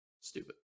Stupid